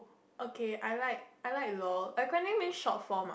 okay I like I like lol acronym mean short form ah